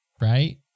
Right